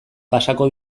pasako